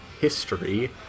history